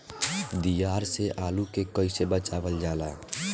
दियार से आलू के कइसे बचावल जाला?